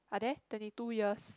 ah there twenty two years